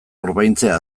orbaintzea